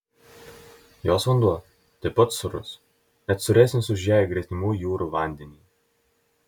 jos vanduo taip pat sūrus net sūresnis už jai gretimų jūrų vandenį